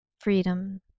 freedom